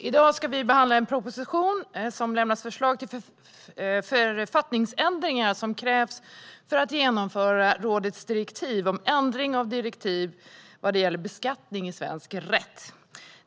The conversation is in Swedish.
Herr talman! I den proposition som vi i dag behandlar lämnas förslag till de författningsändringar som krävs för att genomföra rådets direktiv om ändring av direktiv vad gäller beskattning i svensk rätt.